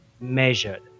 measured